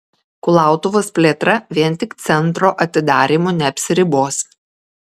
kulautuvos plėtra vien tik centro atidarymu neapsiribos